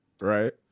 Right